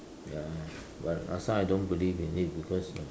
ya but last time I don't believe in it because uh